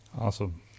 Awesome